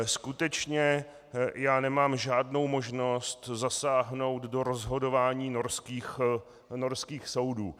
Skutečně já nemám žádnou možnost zasáhnout do rozhodování norských soudů.